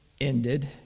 ended